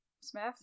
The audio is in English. Smith